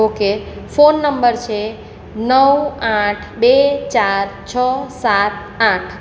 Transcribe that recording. okay phone number છે નવ આઠ બે ચાર છ સાત આઠ